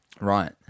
right